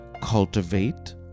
cultivate